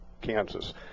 Kansas